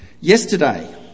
Yesterday